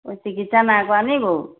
চিকিৎসা নাইকৰা নেকি বাৰু